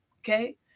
okay